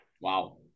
Wow